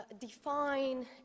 define